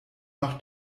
noch